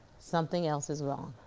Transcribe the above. something else is wrong,